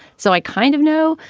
so i kind of know.